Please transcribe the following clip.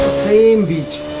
same beach